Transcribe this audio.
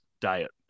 diet